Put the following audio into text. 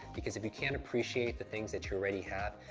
because if you can't appreciate the things that you already have,